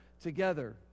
together